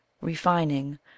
refining